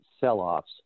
Sell-offs